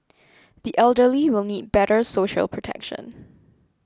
the elderly will need better social protection